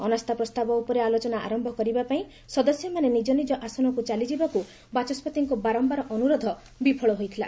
ଅନାସ୍ଥା ପ୍ରସ୍ତାବ ଉପରେ ଆଲୋଚନା ଆରମ୍ଭ କରିବାପାଇଁ ସଦସ୍ୟମାନେ ନିଜ ନିଜ ଆସନକୁ ଚାଲିଯିବାକୁ ବାଚସ୍କତିଙ୍କ ବାରମ୍ଭାର ଅନୁରୋଧ ବିଫଳ ହୋଇଥିଲା